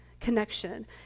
connection